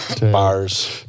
bars